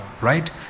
right